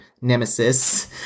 nemesis